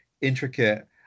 intricate